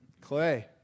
Clay